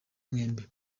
mwembi